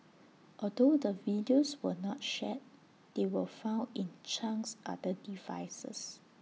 although the videos were not shared they were found in Chang's other devices